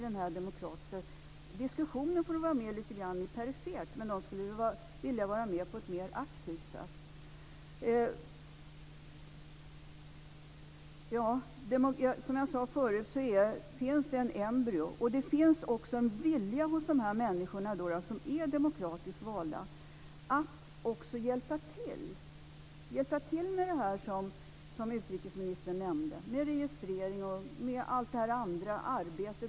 De får vara med lite perifert i den demokratiska diskussionen, men de skulle vilja vara med på ett mer aktivt sätt. Som jag sade förut finns det ett embryo, och det finns också en vilja hos de människor som är demokratiskt valda att hjälpa till med det som utrikesministern nämnde. Det gäller registrering och allt annat praktiskt och konkret arbete.